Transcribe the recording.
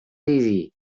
easy